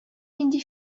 нинди